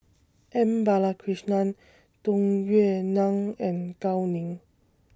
M Balakrishnan Tung Yue Nang and Gao Ning